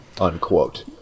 unquote